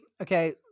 okay